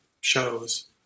shows